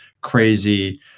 crazy